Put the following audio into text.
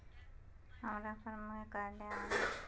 हम्मर फारम भरे ला न आबेहय?